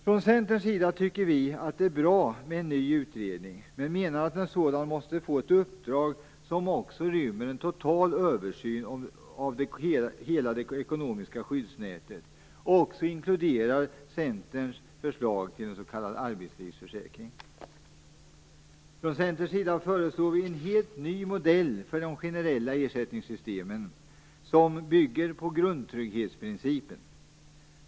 Från Centerns sida tycker vi att det är bra med en ny utredning, men menar att en sådan måste få ett uppdrag som också rymmer en total översyn av hela det ekonomiska skyddsnätet och också inkludera Från Centerns sida föreslår vi en helt ny modell för de generella ersättningssystemen som bygger på grundtrygghetsprincipen.